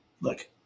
Look